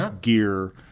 gear